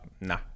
Nah